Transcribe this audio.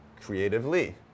creatively